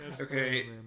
Okay